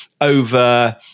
over